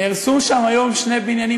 נהרסו שם היום שני בניינים.